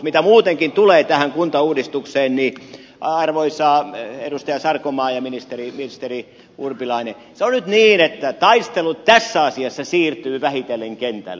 mitä muutenkin tulee tähän kuntauudistukseen niin arvoisa edustaja sarkomaa ja ministeri urpilainen se on nyt niin että taistelu tässä asiassa siirtyy vähitellen kentälle